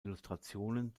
illustrationen